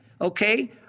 Okay